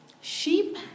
Sheep